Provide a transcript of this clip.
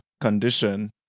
condition